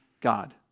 God